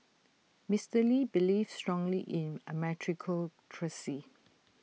Mister lee believed strongly in A meritocracy